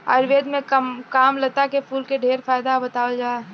आयुर्वेद में कामलता के फूल के ढेरे फायदा बतावल बा